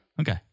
Okay